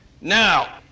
Now